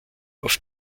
auf